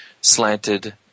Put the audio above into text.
slanted